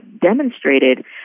demonstrated